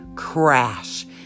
crash